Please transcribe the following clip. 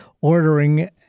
ordering